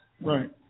Right